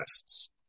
tests